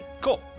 cool